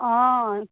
অঁ